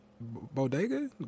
Bodega